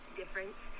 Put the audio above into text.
difference